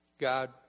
God